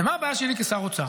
ומה הבעיה שלי כשר אוצר?